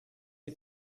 you